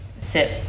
sit